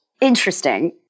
interesting